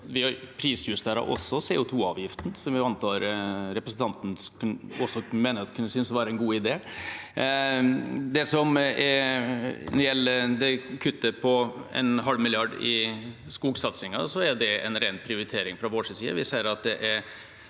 Vi prisjusterer også CO2-avgiften, noe jeg antar representanten kunne synes var en god idé. Når det gjelder kuttet på en halv milliard i skogsatsingen, er det en ren prioritering fra vår side.